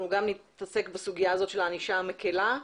אנחנו גם נתעסק בסוגיה הזאת של הענישה המקלה,